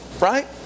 right